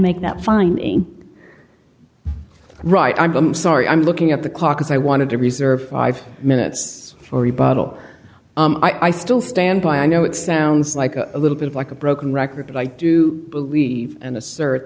make that fine right i'm sorry i'm looking at the clock as i wanted to reserve five minutes for rebuttal i still stand by i know it sounds like a little bit like a broken record but i do believe and assert